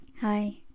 hi